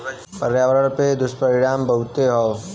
पर्यावरण पे दुष्परिणाम बहुते हौ